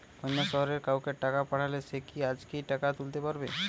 অন্য শহরের কাউকে টাকা পাঠালে সে কি আজকেই টাকা তুলতে পারবে?